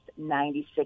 96